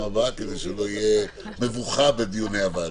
הבאה כדי שלא תהיה מבוכה בדיונים הוועדה.